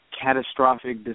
catastrophic